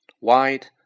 wide